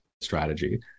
strategy